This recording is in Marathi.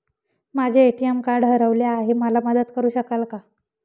माझे ए.टी.एम कार्ड हरवले आहे, मला मदत करु शकाल का?